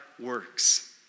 works